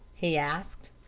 he asked.